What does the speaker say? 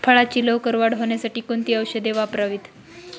फळाची लवकर वाढ होण्यासाठी कोणती औषधे वापरावीत?